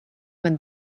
man